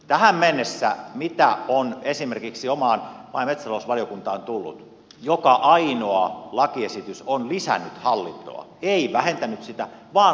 tähän mennessä mitä on esimerkiksi omaan maa ja metsätalousvaliokuntaan tullut joka ainoa lakiesitys on lisännyt hallintoa ei vähentänyt sitä vaan lisännyt